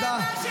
למה --- בחקירה?